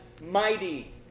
mighty